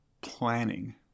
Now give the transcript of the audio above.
planning